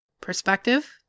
Perspective